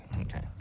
Okay